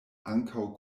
ankaŭ